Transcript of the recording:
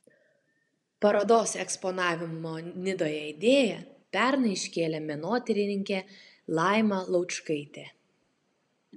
parodos eksponavimo nidoje idėją pernai iškėlė menotyrininkė laima laučkaitė